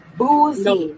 boozy